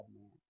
man